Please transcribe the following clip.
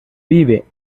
vive